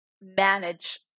manage